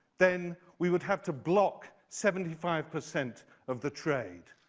then we would have to block seventy five percent of the trade.